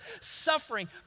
Suffering